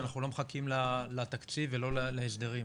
אנחנו לא מחכים לתקציב ולא להסדרים.